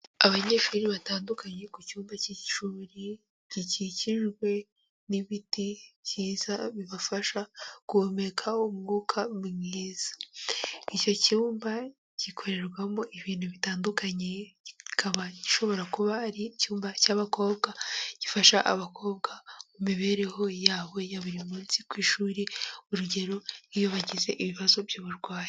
Abanyeshuri batandukanye ku cyumba cy'ishuri gikikijwe n'ibiti byiza bibafasha guhumeka umwuka mwiza. Icyo cyumba gikorerwamo ibintu bitandukanye, kikaba gishobora kuba ari icyumba cy'abakobwa, gifasha abakobwa mu mibereho yabo ya buri munsi ku ishuri. Urugero: iyo bagize ibibazo by'uburwayi.